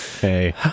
hey